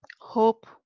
hope